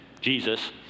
Jesus